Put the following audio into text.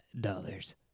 dollars